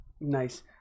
nice